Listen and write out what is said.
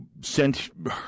sent